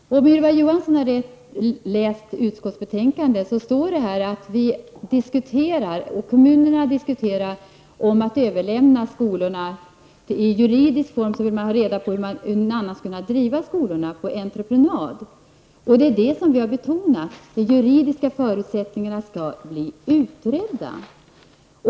Herr talman! Om Ylva Johansson hade läst reservationen i utskottsbetänkandet, hade hon sett att där står att man i vissa kommuner diskuterar en utläggning av driften av en del av grundskolan, och man vill ha reda på i vilken juridisk form skolorna kan drivas i entreprenad. Det är detta som vi i miljöpartiet har betonat, dvs. att de juridiska förutsättningarna härför skall utredas.